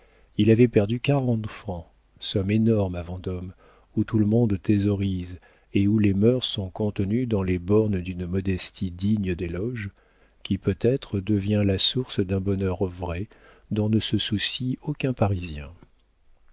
il avait perdu quarante francs somme énorme à vendôme où tout le monde thésaurise et où les mœurs sont contenues dans les bornes d'une modestie digne d'éloges qui peut-être devient la source d'un bonheur vrai dont ne se soucie aucun parisien